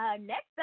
Next